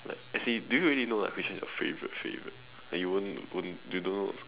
like as in do you really know which one is your favorite favorite that you won't won't you don't know